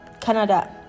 Canada